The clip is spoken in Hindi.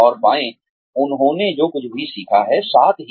और पाएं उन्होंने जो कुछ भी सीखा है साथ ही